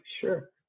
Sure